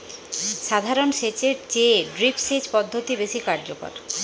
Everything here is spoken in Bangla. সাধারণ সেচ এর চেয়ে ড্রিপ সেচ পদ্ধতি বেশি কার্যকর